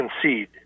concede